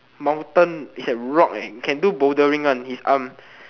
mountain is like rock eh can do bouldering one his arm